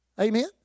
Amen